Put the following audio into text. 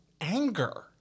anger